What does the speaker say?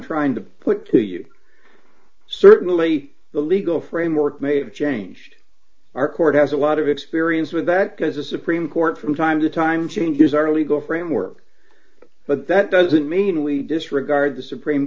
trying to put to you certainly the legal framework may have changed our court has a lot of experience with that because the supreme court from time to time changes our legal framework but that doesn't mean we disregard the supreme